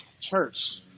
Church